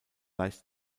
leicht